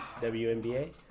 WNBA